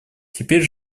теперь